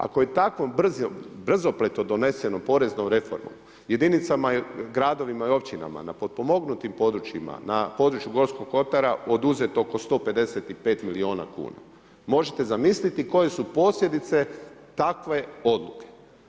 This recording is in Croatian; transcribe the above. Ako je tako brzopleto donesenom poreznom reformom, jedinicama, gradovima i općinama na potpomognutim područjima, na području Gorskog kotara oduzeto oko 155 milijuna kuna. možete zamisliti koje su posljedice takve odluke.